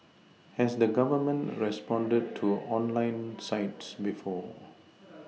has the Government responded to online sites before